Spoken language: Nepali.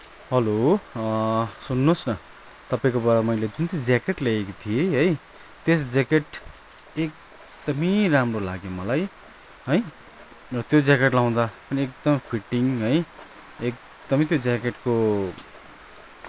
हेलो सुन्नुहोस् न तपाईँकोबाट मैले जुन चाहिँ ज्याकेट ल्याएको थिएँ है त्यस ज्याकेट एकदमै राम्रो लाग्यो मलाई है र त्यो ज्याकेट लाउँदा पनि एकदमै फिटिङ है एकदमै त्यो ज्याकेटको